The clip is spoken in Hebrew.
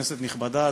כנסת נכבדה,